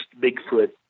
Bigfoot